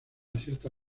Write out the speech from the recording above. cierta